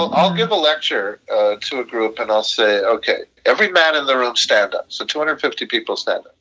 i'll i'll give a lecture to a group and i'll say, ok every man in the room stand up. so two hundred and fifty people stand.